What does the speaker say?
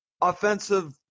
offensive